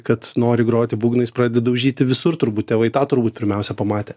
kad nori groti būgnais pradedi daužyti visur turbūt tėvai tą turbūt pirmiausia pamatė